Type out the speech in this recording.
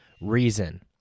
reason